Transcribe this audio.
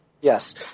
Yes